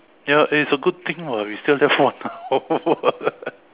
ya eh it's a good thing [what] we stand there for one hour